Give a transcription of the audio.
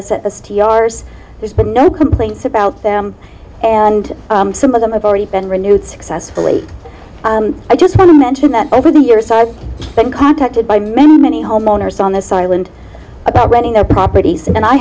a there's been no complaints about them and some of them have already been renewed successfully i just want to mention that over the years i've been contacted by many many homeowners on this island about renting their properties and i